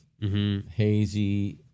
hazy